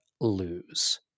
lose